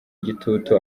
gitutu